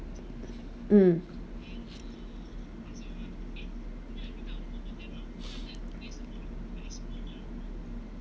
mm